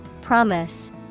Promise